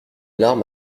larme